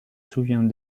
souvient